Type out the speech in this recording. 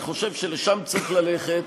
אני חושב שלשם צריך ללכת.